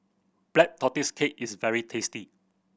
Black Tortoise Cake is very tasty